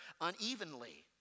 unevenly